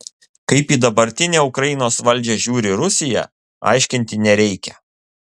kaip į dabartinę ukrainos valdžią žiūri rusija aiškinti nereikia